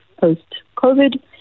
post-COVID